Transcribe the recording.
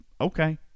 okay